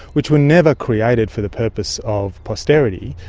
which were never created for the purpose of posterity,